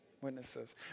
witnesses